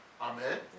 Amen